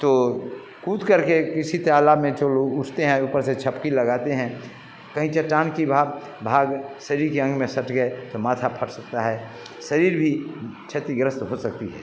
तो कूद करके किसी तालाब में चलो उसते हैं उपर से छपकी लगाते हैं कहीं चट्टान के भाग भाग शरीर के अंग में सट गए तो माथा फट सकता है शरीर भी क्षतिग्रस्त हो सकता है